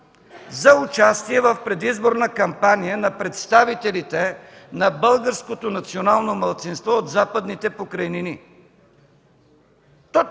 за участие в предизборна кампания на представителите на българското национално малцинство от Западните покрайнини.